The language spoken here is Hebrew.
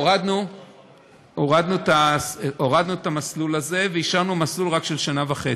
הורדנו את המסלול והשארנו רק את המסלול של שנה וחצי.